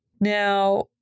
Now